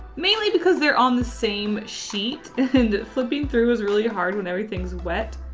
mainly because they're on the same sheet and flipping through is really hard when everything's wet.